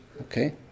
Okay